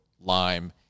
lime